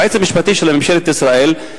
היועץ המשפטי של ממשלת ישראל,